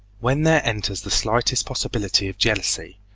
when there enters the slightest possibility of jealousy,